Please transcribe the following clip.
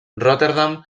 rotterdam